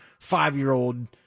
five-year-old